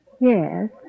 Yes